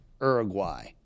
Uruguay